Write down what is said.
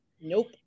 Nope